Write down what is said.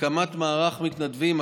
מקימים מערך מתנדבים,